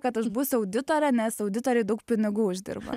kad aš būsiu auditorė nes auditoriai daug pinigų uždirba